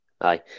Aye